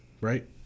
right